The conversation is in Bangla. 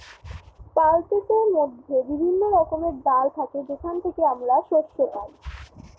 পালসেসের মধ্যে বিভিন্ন রকমের ডাল থাকে যেখান থেকে আমরা শস্য পাই